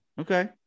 Okay